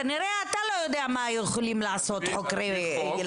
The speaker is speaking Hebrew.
כנראה שאתה לא יודע מה יכולים לעשות חוקרי ילדים.